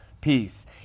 peace